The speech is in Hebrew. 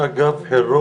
נושא של גיזום